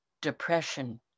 depression